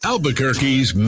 Albuquerque's